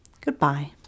goodbye